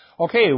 Okay